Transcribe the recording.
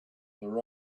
their